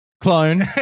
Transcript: Clone